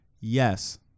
Yes